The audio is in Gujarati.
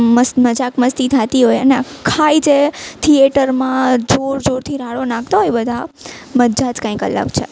મસ્ત મજાક મસ્તી થતી હોય ને આખાય જે થિએટરમાં જોર જોરથી રાડો નાખતા હોય બધા મજા જ કંઈક અલગ છે